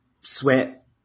Sweat